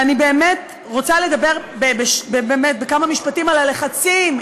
ואני באמת רוצה לדבר בכמה משפטים על הלחצים,